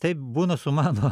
taip būna su mano